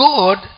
God